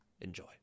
Enjoy